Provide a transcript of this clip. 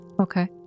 Okay